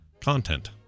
Content